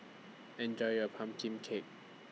Enjoy your Pumpkin Cake